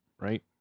right